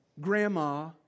grandma